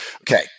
Okay